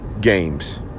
games